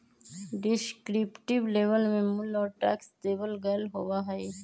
descriptive label में मूल्य और टैक्स देवल गयल होबा हई